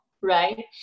right